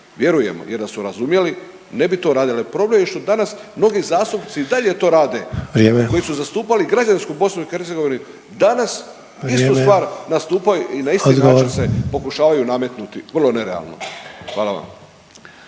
vjerujemo jer da su razumjeli, ne bi to radili. Problem je što danas mnogi zastupnici i dalje to rade …/Upadica: Vrijeme/… koji su zastupali građansku BiH, danas istu…/Upadica: Vrijeme/…stvar nastupaju i na isti način se pokušavaju nametnuti vrlo nerealno. Hvala vam.